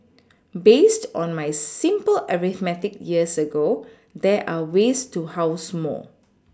based on my simple arithmetic years ago there are ways to house more